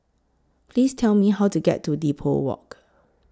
Please Tell Me How to get to Depot Walk